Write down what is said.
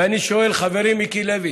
ואני שואל, חברי מיקי לוי: